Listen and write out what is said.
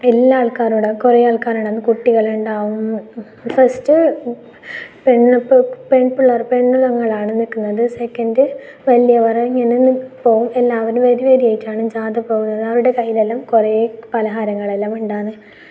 എല്ലാ ആൾക്കാരുണ്ടാ കുറെ ആൾക്കാരുണ്ടാ കുട്ടികളുണ്ടാകും ഫസ്റ്റ് പെൺ പെൺപിള്ളേർ പെണ്ണുങ്ങളാണ് നിൽക്കുന്നത് സെക്കൻഡ് വലിയവർ ഇങ്ങനെ പോകും എല്ലാവരും വരിവരിയായിട്ടാണ് ജാഥ പോകുന്നത് അവരുടെ കയ്യിലെല്ലാം കുറേ പലഹാരങ്ങളെല്ലാം ഉണ്ടാകുന്നു